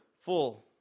full